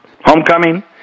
homecoming